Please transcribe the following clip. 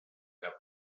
cap